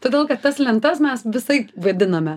todėl kad tas lentas mes visaip vadiname